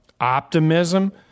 optimism